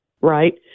right